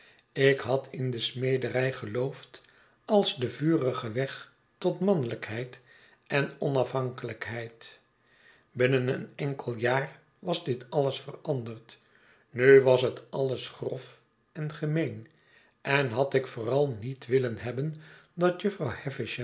ik had in de smederij geloofd als de vurige weg tot mannelgkheid en onafhankelijkheid binnen een enkel jaar was dit alles veranderd nu was het alles grof en gemeen en had ik vooral niet willen hebben dat jufvrouw